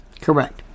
Correct